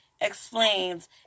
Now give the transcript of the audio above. explains